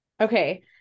Okay